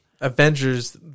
Avengers